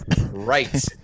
Right